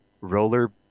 roller